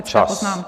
Čas.